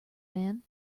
man